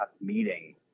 meeting